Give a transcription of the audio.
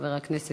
חבר הכנסת רותם.